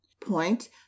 point